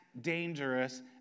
dangerous